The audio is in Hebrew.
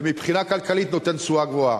ומבחינה כלכלית נותן תשואה גבוהה.